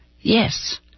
Yes